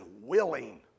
willing